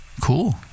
Cool